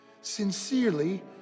Sincerely